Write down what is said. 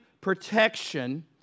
protection